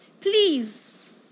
Please